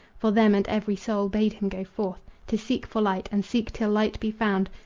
for them and every soul, bade him go forth to seek for light, and seek till light be found.